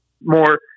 more